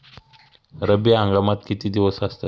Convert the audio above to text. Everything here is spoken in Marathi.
रब्बी हंगामात किती दिवस असतात?